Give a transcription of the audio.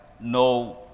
no